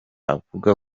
avuga